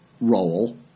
role